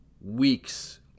weeks